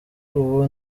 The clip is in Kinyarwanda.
ubu